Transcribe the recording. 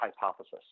hypothesis